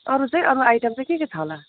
अरू चाहिँ अब आइटम चाहिँ के के छ होला